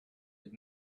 had